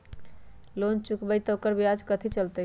Loan चुकबई त ओकर ब्याज कथि चलतई?